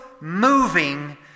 moving